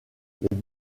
les